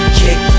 kick